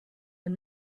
and